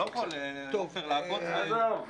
אתה לא יכול לעקוץ ו- -- עזוב,